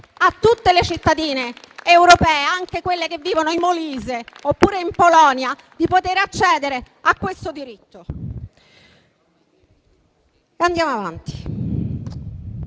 a tutte le cittadine europee, anche a quelle che vivono in Molise oppure in Polonia, di poter accedere a questo diritto.